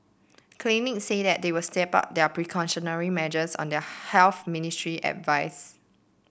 clinics said they will step up their precautionary measures on their Health Ministry's advice